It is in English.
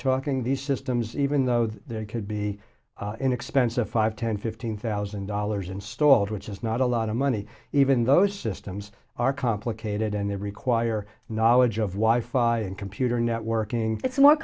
talking these systems even though they could be inexpensive five ten fifteen thousand dollars installed which is not a lot of money even those systems are complicated and they require knowledge of why five in computer networking it's more